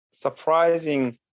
surprising